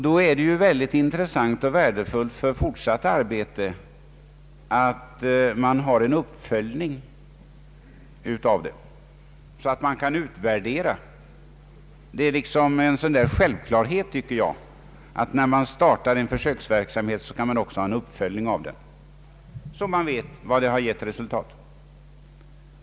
Då är det ytterst intressant och värdefullt för fortsatt arbete att man gör en uppföljning av verksamheten så att man kan utvärdera dess resultat. Det är enligt min uppfattning självklart, att när man startar en försöksverksamhet skall man också följa upp den, så att man får veta vilka resultat den gett.